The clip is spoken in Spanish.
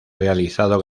realizado